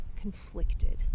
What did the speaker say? conflicted